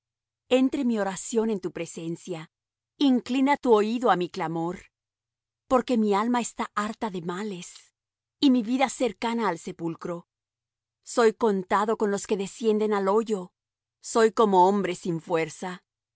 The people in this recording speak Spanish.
entre mi oración en tu presencia inclina tu oído á mi clamor porque mi alma está harta de males y mi vida cercana al sepulcro soy contado con los que descienden al hoyo soy como hombre sin fuerza